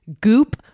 Goop